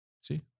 See